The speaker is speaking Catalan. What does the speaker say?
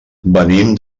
venim